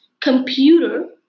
Computer